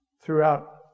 throughout